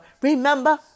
Remember